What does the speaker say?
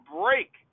break